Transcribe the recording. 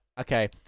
okay